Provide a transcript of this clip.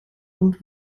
und